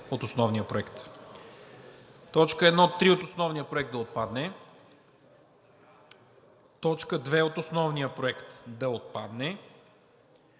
от основния проект. Точка 1.3 от основния проект да отпадне. Точка 2 от основния проект да отпадне